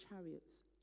chariots